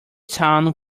town